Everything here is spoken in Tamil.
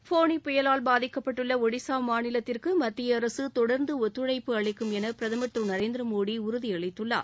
ஃபோனி புயலால் பாதிக்கப்பட்டுள்ள ஒடிசா மாநிலத்திற்கு மத்திய அரசு தொடர்ந்து ஒத்துழைப்பு அளிக்கும் என பிரதமர் திரு நரேந்திரமோடி உறுதியளித்துள்ளார்